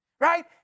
right